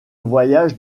voyage